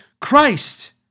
Christ